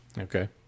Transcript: okay